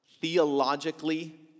theologically